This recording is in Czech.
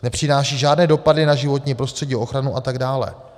Nepřináší žádné dopady na životní prostředí, ochranu... a tak dále.